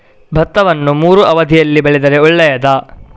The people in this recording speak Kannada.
ಭತ್ತವನ್ನು ಮೂರೂ ಅವಧಿಯಲ್ಲಿ ಬೆಳೆದರೆ ಒಳ್ಳೆಯದಾ?